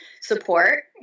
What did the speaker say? support